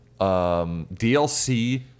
DLC